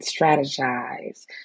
strategize